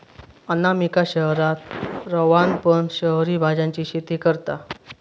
अनामिका शहरात रवान पण शहरी भाज्यांची शेती करता